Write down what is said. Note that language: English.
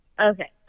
Okay